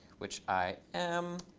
which i am.